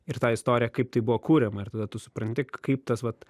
ir tą istoriją kaip tai buvo kuriama ir tada tu supranti kaip tas vat